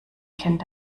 kennt